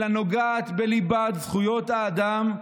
אלא נוגעת בליבת זכויות האדם.